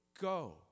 go